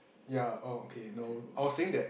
I was saying that ya okay no